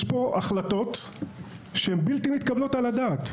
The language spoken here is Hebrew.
יש פה החלטות שהן בלתי מתקבלות על הדעת.